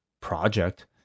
project